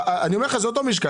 אני אומר לך שזה אותו משקל.